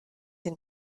den